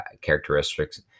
characteristics